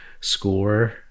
score